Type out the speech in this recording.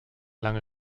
lange